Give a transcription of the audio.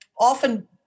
often